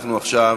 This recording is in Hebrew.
אנחנו עכשיו